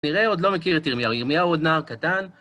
נראה, עוד לא מכיר את ירמיה. ירמיהו הוא עוד נער קטן.